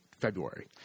February